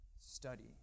study